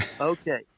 Okay